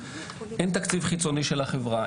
אין תקציב חיצוני של החברה,